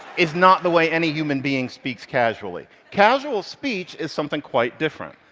is not the way any human being speaks casually. casual speech is something quite different.